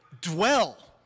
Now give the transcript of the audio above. dwell